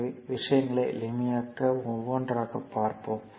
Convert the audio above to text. எனவே விஷயங்களை எளிமையாக்க ஒவ்வொன்றாக பார்ப்போம்